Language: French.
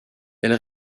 elle